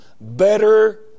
better